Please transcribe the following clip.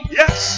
yes